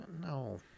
No